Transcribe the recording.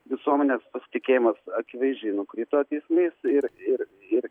visuomenės pasitikėjimas akivaizdžiai nukrito teismais ir ir ir